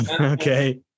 Okay